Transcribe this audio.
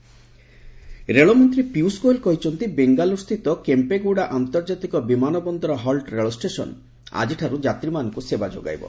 ପିୟୁଏ ଗୋୟଲ୍ ରେଳମନ୍ତ୍ରୀ ପିୟୁଷ ଗୋୟଲ କହିଛନ୍ତି ବେଙ୍ଗାଲୁରୁସ୍ଥିତ କେମ୍ପେଗୌଡ଼ା ଆନ୍ତର୍ଜାତିକ ବିମାନ ବନ୍ଦର ହଲ୍ଟ୍ ରେଳ ଷ୍ଟେସନ୍ ଆଜିଠାର୍ ଯାତ୍ରୀମାନଙ୍କୁ ସେବା ଯୋଗାଇବ